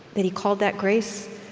that he called that grace.